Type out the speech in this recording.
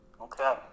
Okay